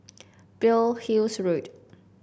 Pearl's Hill Road